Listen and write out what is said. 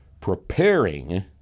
preparing